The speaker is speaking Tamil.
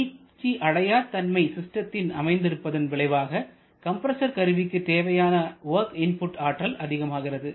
மீட்சிஅடையாதன்மை சிஸ்டத்தில் அமைந்து இருப்பதன் விளைவாக கம்ப்ரசர் கருவிக்கு தேவையான வொர்க் இன்புட் ஆற்றல் அதிகமாகிறது